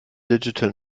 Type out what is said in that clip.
digital